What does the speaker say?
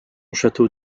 château